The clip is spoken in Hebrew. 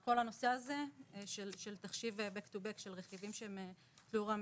כל הנושא הזה של תחשיב Back to back של רכיבים שהם רכיב מזכה,